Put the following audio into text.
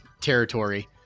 territory